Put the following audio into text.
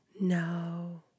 No